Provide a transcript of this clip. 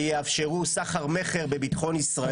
שיאפשרו סחר מכר בביטחון ישראל.